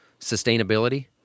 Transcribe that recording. sustainability